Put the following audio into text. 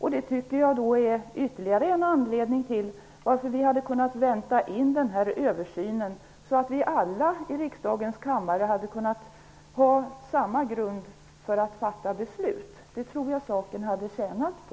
Detta tycker jag är ytterligare en anledning till att vi borde ha inväntat översynen. Därigenom skulle vi alla i riksdagens kammare haft samma grund att fatta beslut på. Det tror jag att saken hade tjänat på.